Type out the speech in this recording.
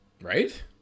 Right